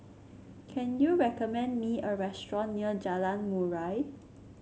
can you recommend me a restaurant near Jalan Murai